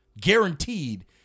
guaranteed